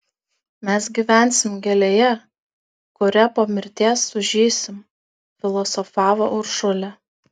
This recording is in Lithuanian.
mes gyvensim gėlėje kuria po mirties sužysim filosofavo uršulė